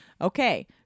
Okay